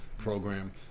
program